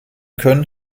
können